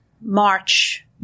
March